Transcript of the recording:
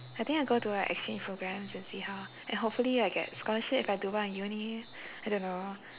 I think I go to like exchange programs and see how and hopefully I get scholarship if I do well in uni I don't know